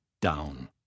down